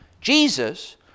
Jesus